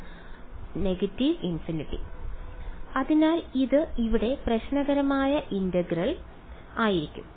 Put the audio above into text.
−∞ അതിനാൽ ഇത് ഇവിടെ പ്രശ്നകരമായ ഇന്റഗ്രൽ ആയിരിക്കും